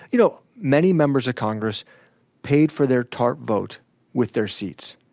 you know many members of congress paid for their tarp vote with their seats.